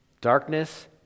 darkness